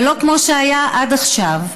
ולא כמו שהיה עד עכשיו,